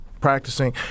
practicing